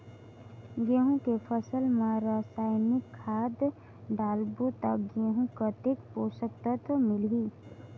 गंहू के फसल मा रसायनिक खाद डालबो ता गंहू कतेक पोषक तत्व मिलही?